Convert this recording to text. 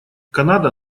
канада